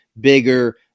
bigger